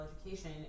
education